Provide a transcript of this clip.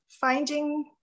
finding